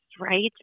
right